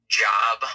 job